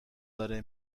داره